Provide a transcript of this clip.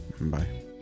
bye